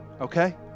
okay